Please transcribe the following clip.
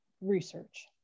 research